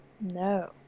No